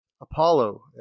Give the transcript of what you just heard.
apollo